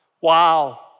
wow